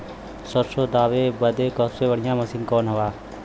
सरसों दावे बदे सबसे बढ़ियां मसिन कवन बा?